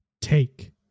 Take